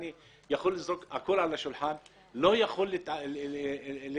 אני יכול לזרוק הכול על השולחן - לא יכול לטפל להיכנס